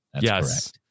yes